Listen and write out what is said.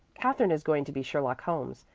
katherine is going to be sherlock holmes,